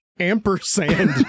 ampersand